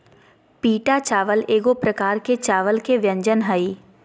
पीटा चावल एगो प्रकार के चावल के व्यंजन हइ